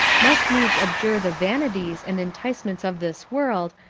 must needs abjure the vanities and enticements of this world,